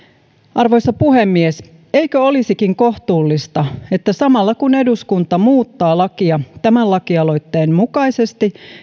arvoisa puhemies eikö olisikin kohtuullista että samalla kun eduskunta muuttaa lakia tämän lakialoitteen mukaisesti